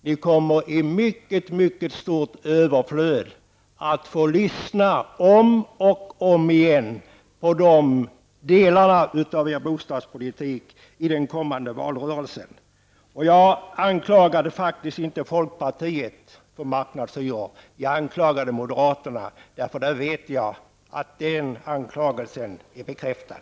Ni kommer i mycket stort överflöd att få lyssna till dem om och om igen när det gäller den delen av bostadspolitiken i den kommande valrörelsen. Jag anklagade faktiskt inte folkpartiet för marknadshyror, jag anklagade moderaterna eftersom jag vet att den anklagelsen är berättigad.